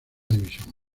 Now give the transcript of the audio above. división